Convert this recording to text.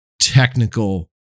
technical